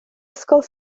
ysgol